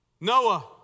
Noah